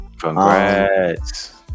Congrats